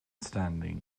standing